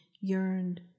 yearned